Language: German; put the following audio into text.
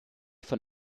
von